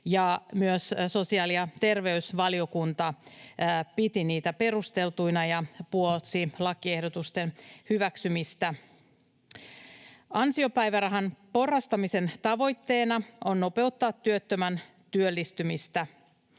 myös sosiaali- ja terveysvaliokunta piti niitä perusteltuina ja puolsi lakiehdotusten hyväksymistä. Ansiopäivärahan porrastamisen tavoitteena on nopeuttaa työttömän työllistymistä,